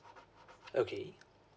okay